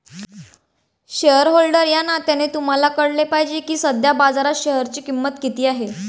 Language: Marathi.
शेअरहोल्डर या नात्याने तुम्हाला कळले पाहिजे की सध्या बाजारात शेअरची किंमत किती आहे